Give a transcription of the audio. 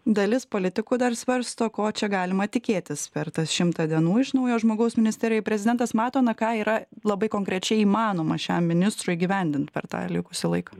dalis politikų dar svarsto ko čia galima tikėtis per tas šimtą dienų iš naujo žmogaus ministerijoj prezidentas mato na ką yra labai konkrečiai įmanoma šiam ministrui įgyvendint per tą likusį laiką